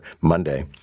Monday